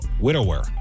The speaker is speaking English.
widower